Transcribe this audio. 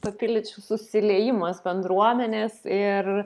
papildyčiau susiliejimas bendruomenės ir